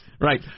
Right